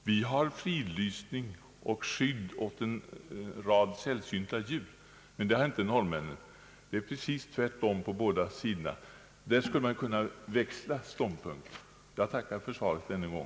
Vi har fridlysning och skydd åt en rad sällsynta djur, men så är inte fallet i Norge. Där borde det kunna ske en samordning. Jag tackar för svaret än en gång.